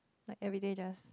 like everyday just